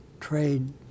trade